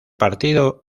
partido